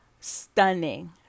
stunning